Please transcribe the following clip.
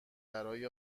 برای